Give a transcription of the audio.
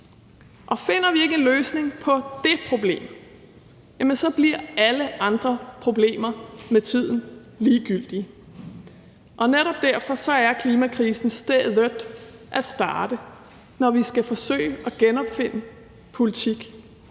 og finder vi ikke en løsning på det problem, jamen så bliver alle andre problemer med tiden ligegyldige. Og netop derfor er klimakrisen stedet at starte, når vi skal forsøge at genopfinde politik,